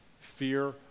Fear